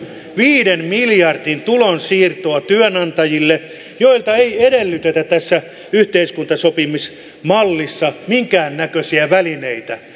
viiden miljardin tulonsiirtoa työnantajille joilta ei edellytetä tässä yhteiskuntasopimismallissa minkään näköisiä välineitä